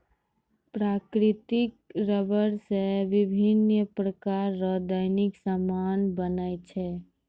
प्राकृतिक रबर से बिभिन्य प्रकार रो दैनिक समान बनै छै